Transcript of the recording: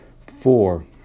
Four